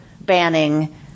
banning